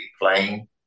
playing